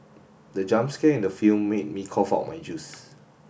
the jump scare in the film made me cough out my juice